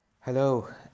Hello